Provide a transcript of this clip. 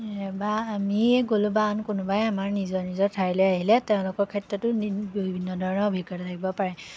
এ বা আমিয়ে গ'লোঁ বা আন কোনোবাই আমাৰ নিজৰ নিজৰ ঠাইলৈ আহিলে তেওঁলোকৰ ক্ষেত্ৰতো বিভিন্ন ধৰণৰ অভিজ্ঞতা থাকিব পাৰে